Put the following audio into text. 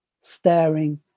staring